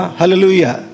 hallelujah